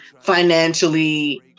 financially